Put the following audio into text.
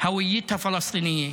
(אומר בערבית: היא מדינת העם הפלסטיני.)